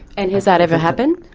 and has that ever happened?